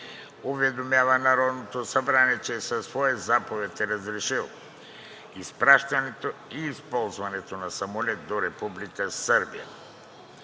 уведомява Народното събрание, че със своя заповед е разрешил изпращането и използването на самолет до Република Сърбия